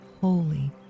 holy